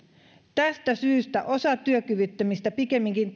tästä syystä osa työkyvyttömistä pikemminkin